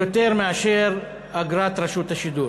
מאשר אגרת רשות השידור,